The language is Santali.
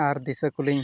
ᱟᱨ ᱫᱤᱥᱟᱹ ᱠᱚᱞᱤᱧ